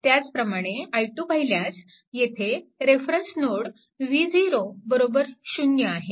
त्याचप्रमाणे i2 पाहिल्यास येथे रेफेरंस नोड v0 0 आहे